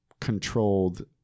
controlled